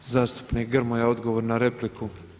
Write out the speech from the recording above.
Zastupnik Grmoja, odgovor na repliku.